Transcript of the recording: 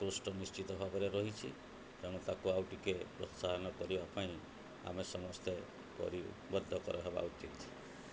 ନିଶ୍ଚିତ ଭାବରେ ରହିଛି ତେଣୁ ତାକୁ ଆଉ ଟିକେ ପ୍ରୋତ୍ସାହନ କରିବା ପାଇଁ ଆମେ ସମସ୍ତେ ପରିବଦ୍ଧକର ହେବା ଉଚିତ୍